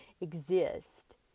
exist